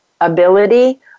ability